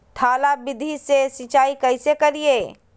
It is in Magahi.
थाला विधि से सिंचाई कैसे करीये?